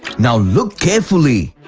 now look carefully.